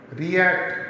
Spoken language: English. react